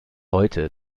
heute